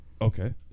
Okay